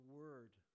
word